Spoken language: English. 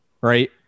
Right